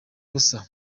busa